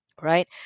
right